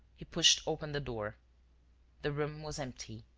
he pushed open the door the room was empty.